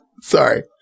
sorry